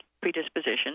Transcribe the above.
predisposition